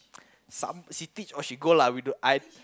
some she teach or she go lah we don't I'm